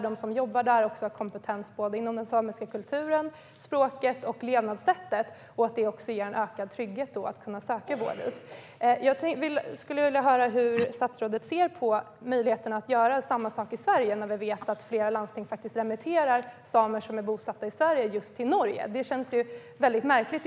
De som jobbar där har kompetens inom den samiska kulturen, i språket och i levnadssättet. Det ger en ökad trygghet att söka vård där. Jag skulle vilja höra hur statsrådet ser på möjligheten att göra samma i Sverige eftersom vi vet att flera landsting faktiskt remitterar samer som är bosatta i Sverige till Norge. Det känns märkligt.